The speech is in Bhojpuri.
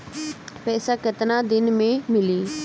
पैसा केतना दिन में मिली?